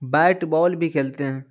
bat ball بھی کھیلتے ہیں